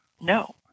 No